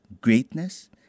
greatness